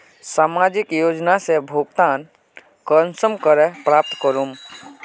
सामाजिक योजना से भुगतान कुंसम करे प्राप्त करूम?